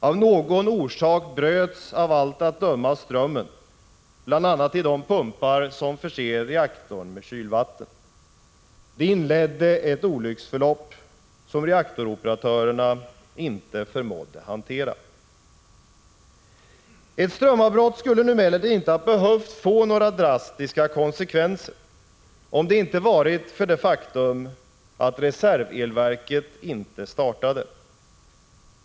Av någon orsak bröts av allt att döma strömmen, bl.a. till de pumpar som förser reaktorn med kylvatten. Det inledde ett olycksförlopp som reaktoroperatörerna inte förmådde hantera. Ett strömavbrott skulle nu emellertid inte ha behövt få några drastiska konsekvenser, om det inte varit för det faktum att reservelverket inte startade.